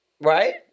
right